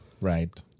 Right